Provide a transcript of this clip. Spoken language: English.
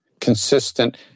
consistent